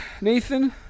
nathan